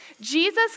Jesus